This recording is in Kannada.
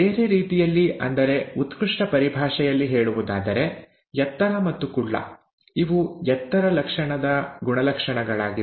ಬೇರೆ ರೀತಿಯಲ್ಲಿ ಅಂದರೆ ಉತ್ಕೃಷ್ಟ ಪರಿಭಾಷೆಯಲ್ಲಿ ಹೇಳುವುದಾದರೆ ಎತ್ತರ ಮತ್ತು ಕುಳ್ಳ ಇವು ಎತ್ತರ ಲಕ್ಷಣದ ಗುಣಲಕ್ಷಣಗಳಾಗಿವೆ